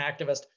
activist